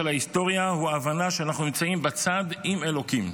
ההיסטוריה הוא ההבנה שאנחנו נמצאים בצד של אלוקים.